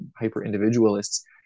hyper-individualists